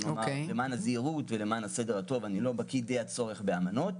למען הזהירות והסדר הטוב אני אומר שאני לא בקי די הצורך באמנות,